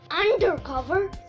undercover